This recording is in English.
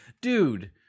Dude